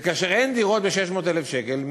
וכאשר אין דירות ב-600,000 שקל,